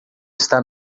está